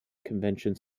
conventions